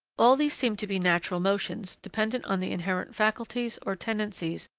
all these seem to be natural motions, dependent on the inherent faculties, or tendencies,